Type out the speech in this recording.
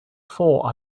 four